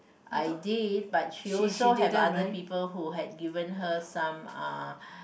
I did but she also have other people who had given her some uh